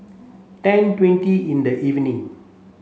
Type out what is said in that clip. ten twenty in the evening